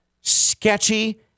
sketchy